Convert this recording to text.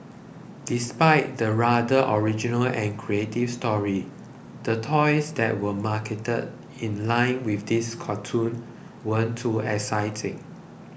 despite the rather original and creative story the toys that were marketed in line with this cartoon weren't too exciting